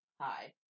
Hi